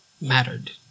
mattered